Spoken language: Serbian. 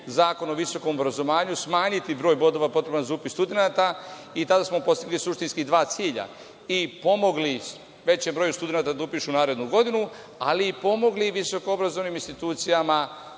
Zakon o visokom obrazovanju, smanjiti broj bodova potreban za upis studenata i tada smo postigli suštinski dva cilja i pomogli većem broju studenata da upišu narednu godinu, ali i pomogli visokoobrazovnim institucijama